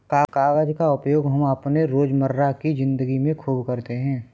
कागज का उपयोग हम अपने रोजमर्रा की जिंदगी में खूब करते हैं